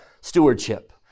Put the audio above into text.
stewardship